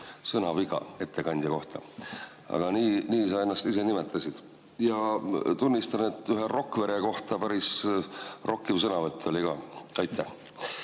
sõnaveaks ettekandja kohta. Aga nii sa ennast ise nimetasid. Tunnistan, et Rakvere kohta päris rokkiv sõnavõtt oli ka. Aitäh!